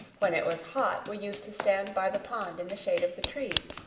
when it was hot we used to stand by the pond in the shade of the trees,